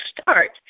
start